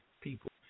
people